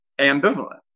ambivalent